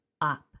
up